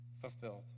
fulfilled